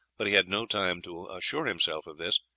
but he had no time to assure himself of this,